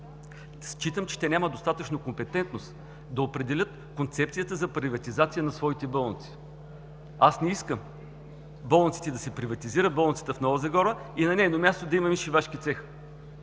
считам, че те нямат достатъчно компетентност да определят концепцията за приватизация на своите болници. Аз не искам болниците да се приватизират, болницата в Нова Загора, и на нейно място да имаме шивашки цех,